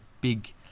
big